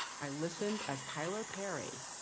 i listened as tyler perry,